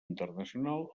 internacional